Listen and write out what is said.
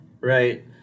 Right